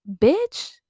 bitch